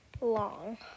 long